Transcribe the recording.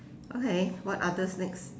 okay what others next